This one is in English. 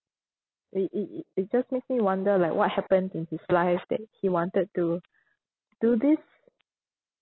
it it it it just makes me wonder like what happened in his life that he wanted to do this